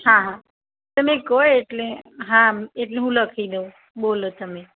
હા તમે કહો એટલે હા એટલે હા હું લખી દઉં બોલો તમે